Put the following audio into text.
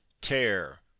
tear